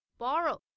borrow